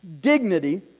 dignity